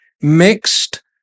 mixed